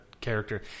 character